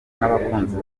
n’abakunzi